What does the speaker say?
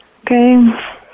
Okay